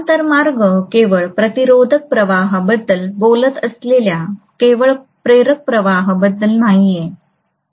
समांतर मार्ग केवळ प्रतिरोधक प्रवाहाबद्दल बोलत असलेल्या केवळ प्रेरक प्रवाहाबद्दल नाहीये